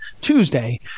Tuesday